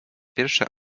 pierwsze